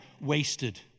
wasted